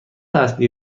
اصلی